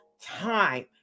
time